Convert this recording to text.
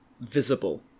visible